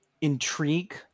intrigue